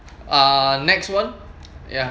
uh next [one] ya